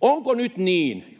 onko nyt niin,